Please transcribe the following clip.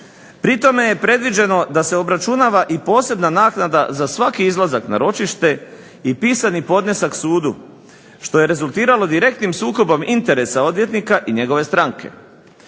Pri tome je predviđeno da se obračunava i posebna naknada za svaki izlazak na ročište i pisani podnesak sudu što je rezultiralo direktnim sukobom interesa odvjetnika i njegove stranke.